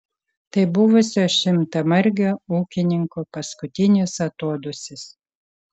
tai buvusio šimtamargio ūkininko paskutinis atodūsis